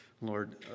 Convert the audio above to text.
lord